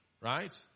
Right